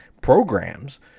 programs